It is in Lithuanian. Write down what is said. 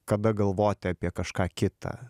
kada galvoti apie kažką kita